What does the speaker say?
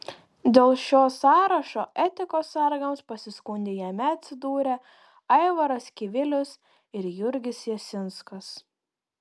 dėl šio sąrašo etikos sargams pasiskundė jame atsidūrę aivaras kivilius ir jurgis jasinskas